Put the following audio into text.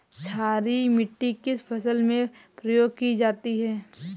क्षारीय मिट्टी किस फसल में प्रयोग की जाती है?